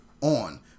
on